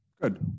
Good